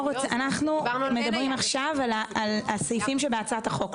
אנחנו מדברים עכשיו על הסעיפים שבהצעת החוק,